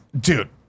dude